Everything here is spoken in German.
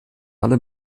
alle